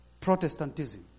Protestantism